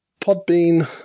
podbean